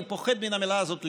אני פוחד מן המילה הזאת,